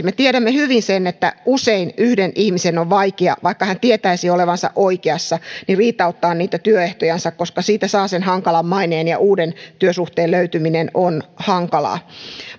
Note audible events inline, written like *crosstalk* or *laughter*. *unintelligible* me tiedämme hyvin sen että usein yhden ihmisen on vaikea vaikka hän tietäisi olevansa oikeassa riitauttaa niitä työehtojansa koska siitä saa sen hankalan maineen ja uuden työsuhteen löytyminen on hankalaa